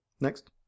Next